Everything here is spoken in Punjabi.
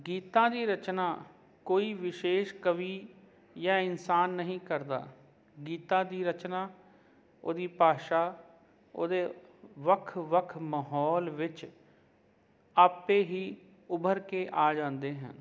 ਗੀਤਾਂ ਦੀ ਰਚਨਾ ਕੋਈ ਵਿਸ਼ੇਸ਼ ਕਵੀ ਜਾਂ ਇਨਸਾਨ ਨਹੀਂ ਕਰਦਾ ਗੀਤਾਂ ਦੀ ਰਚਨਾ ਉਹਦੀ ਭਾਸ਼ਾ ਉਹਦੇ ਵੱਖ ਵੱਖ ਮਾਹੌਲ ਵਿੱਚ ਆਪੇ ਹੀ ਉੱਭਰ ਕੇ ਆ ਜਾਂਦੇ ਹਨ